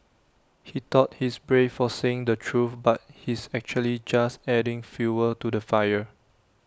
he thought he's brave for saying the truth but he's actually just adding fuel to the fire